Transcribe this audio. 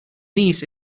niece